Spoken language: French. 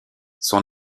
son